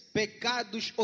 pecados